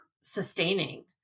sustaining